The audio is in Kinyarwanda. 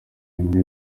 bimwe